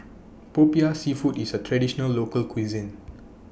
Popiah Seafood IS A Traditional Local Cuisine